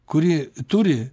kuri turi